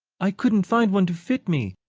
i couldn't find one to fit me.